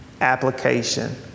application